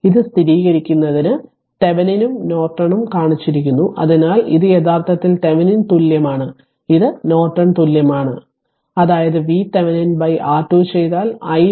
ഇത് സ്ഥിരീകരിക്കുന്നതിന് തെവെനിനും നോർട്ടണും കാണിച്ചിരിക്കുന്നു അതിനാൽ ഇത് യഥാർത്ഥത്തിൽ തെവെനിൻ തുല്യമാണ് ഇത് നോർട്ടൺ തുല്യമാണ് അതായത് VThevenin R2 ചെയ്താൽ iNorton 2